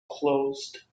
closed